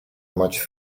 much